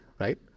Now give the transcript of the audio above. right